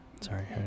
Sorry